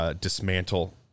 dismantle